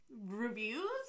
Reviews